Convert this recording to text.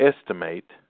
estimate